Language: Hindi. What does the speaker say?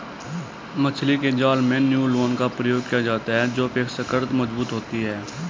मछली के जाल में नायलॉन का प्रयोग किया जाता है जो अपेक्षाकृत मजबूत होती है